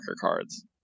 cards